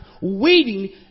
waiting